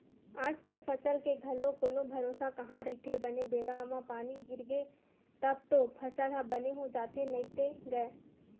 आजकल फसल के घलो कोनो भरोसा कहाँ रहिथे बने बेरा म पानी गिरगे तब तो फसल ह बने हो जाथे नइते गय